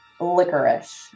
Licorice